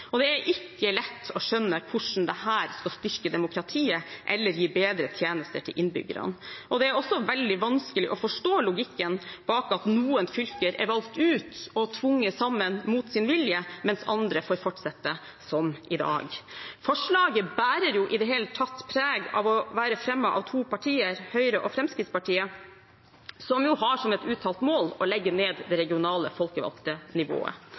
umodenhet. Det er ikke lett å skjønne hvordan dette skal styrke demokratiet eller gi bedre tjenester til innbyggerne. Det er også veldig vanskelig å forstå logikken bak at noen fylker er valgt ut og tvunget sammen mot sin vilje, mens andre får fortsette som i dag. Forslaget bærer i det hele tatt preg av å være fremmet av to partier, Høyre og Fremskrittspartiet, som jo har som et uttalt mål å legge ned det regionale folkevalgte nivået.